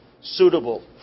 suitable